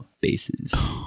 bases